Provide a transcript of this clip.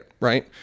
Right